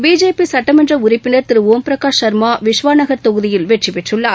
BJP சுட்டமன்ற உறுப்பினர் திரு ஒம்பிரகாஷ் சர்மா விஷ்வாநகர் தொகுதியில் வெற்றி பெற்றுள்ளார்